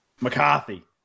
McCarthy